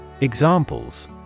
Examples